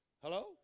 Hello